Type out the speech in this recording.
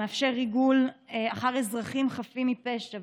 ומאפשר ריגול אחר אזרחים חפים מפשע.